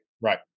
Right